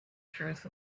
truth